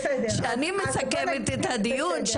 שאני מסכמת את הדיון,